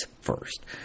first